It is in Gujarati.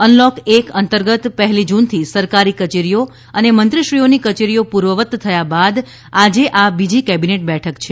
અનલોક એક અંતર્ગત પહેલી જૂનથી સરકારી કચેરીઓ અને મંત્રીશ્રીઓની કચેરીઓ પૂર્વવત થયા બાદ આજે આ બીજી કેબિનેટ બેઠક છે